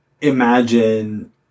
imagine